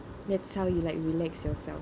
that's how you like relax yourself